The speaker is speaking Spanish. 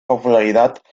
popularidad